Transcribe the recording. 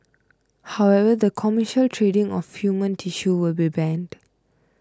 however the commercial trading of human tissue will be banned